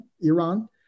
Iran